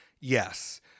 Yes